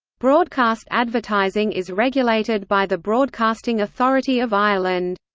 broadcast advertising is regulated by the broadcasting authority of ireland,